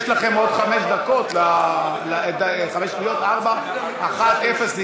יש לכם עוד חמש שניות, ארבע, אחת, אפס.